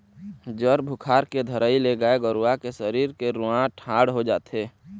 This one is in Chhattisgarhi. जर बुखार के धरई ले गाय गरुवा के सरीर के रूआँ ठाड़ हो जाथे